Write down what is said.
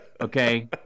Okay